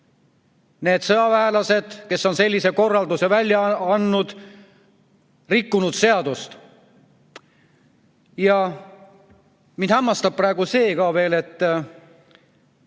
need sõjaväelased, kes on sellise korralduse välja andnud, rikkunud seadust. Ja mind hämmastab praegu see ka, et